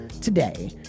today